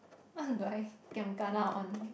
what do I giam kena on